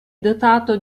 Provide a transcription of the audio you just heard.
dotato